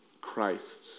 Christ